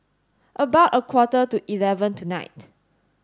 about a quarter to eleven tonight